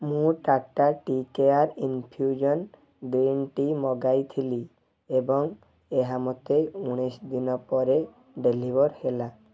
ମୁଁ Tata tea care infusion green tea ମଗାଇଥିଲି ଏବଂ ଏହା ମୋତେ ଉଣେଇଶି ଦିନ ପରେ ଡ଼େଲିଭର୍ ହେଲା